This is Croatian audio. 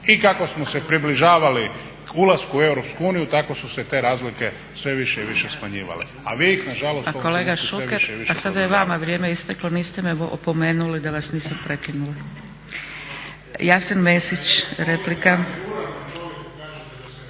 i kako smo se približavali ulasku u EU tako su se te razlike sve više i više smanjivale. … /Govornik se ne razumije./ … **Zgrebec, Dragica (SDP)** A kolega Šuker a sada je vrijeme isteklo niste me opomenuli da vas nisam prekinula. Jasen Mesić, replika.